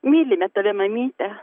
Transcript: mylime tave mamyte